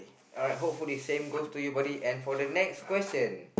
uh hopefully same goes to you buddy and for the next question